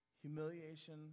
humiliation